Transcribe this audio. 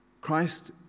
Christ